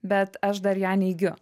bet aš dar ją neigiu